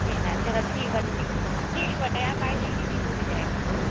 छेना चलो ठीक बा दीदी ठीक बाटे आप आइ जाइए दीदी हो ई जाए काम